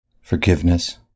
forgiveness